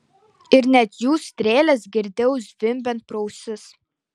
ir net jų strėles girdėjau zvimbiant pro ausis